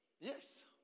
Yes